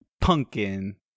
Pumpkin